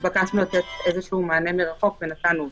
נתבקשנו לתת מענה מרחוק, ונתנו.